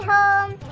Home